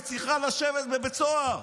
וצריכה לשבת בבית סוהר,